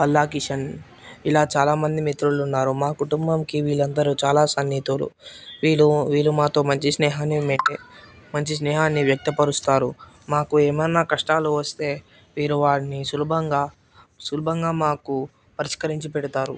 పల్లా కిషన్ ఇలా చాలామంది మిత్రులు ఉన్నారు మా కుటుంబానికి వీళ్ళు అందరు చాలా సన్నితులు వీళ్ళు వీళ్ళు మాతో మంచి స్నేహాన్ని మంచి స్నేహాన్ని వ్యక్తపరుస్తారు మాకు ఏమన్నా కష్టాలు వస్తే వీరు వారిని సులభంగా సులభంగా మాకు పరిష్కరించి పెడతారు